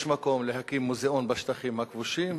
יש מקום להקים מוזיאון בשטחים הכבושים,